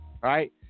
right